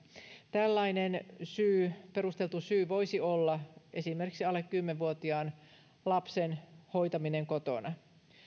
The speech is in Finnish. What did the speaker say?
tällainen perusteltu syy voisi olla esimerkiksi alle kymmenen vuotiaan lapsen hoitaminen kotona